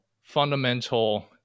fundamental